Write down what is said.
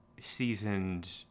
seasoned